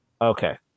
Okay